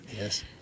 yes